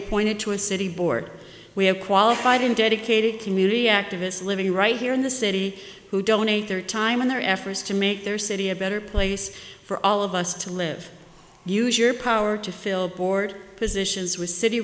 appointed to a city board we have qualified and dedicated community activists living right here in the city who donate their time and their efforts to make their city a better place for all of us to live use your power to fill board positions with city